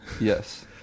yes